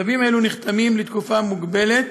צווים אלו נחתמים לתקופה מוגבלת,